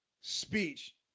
speech